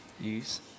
use